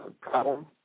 problem